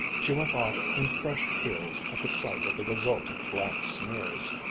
she went off in fresh peals at the sight of the resultant black smears.